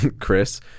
Chris